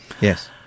Yes